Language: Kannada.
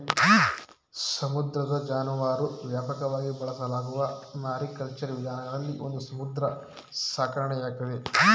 ಸಮುದ್ರ ಜಾನುವಾರು ವ್ಯಾಪಕವಾಗಿ ಬಳಸಲಾಗುವ ಮಾರಿಕಲ್ಚರ್ ವಿಧಾನಗಳಲ್ಲಿ ಒಂದು ಸಮುದ್ರ ಸಾಕಣೆಯಾಗೈತೆ